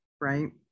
right